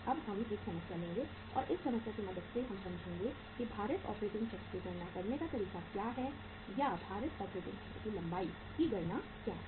अब हम एक समस्या लेंगे और उस समस्या की मदद से हम समझेंगे कि भारित ऑपरेटिंग चक्र की गणना करने का तरीका क्या है या भारित ऑपरेटिंग चक्र की लंबाई की गणना क्या है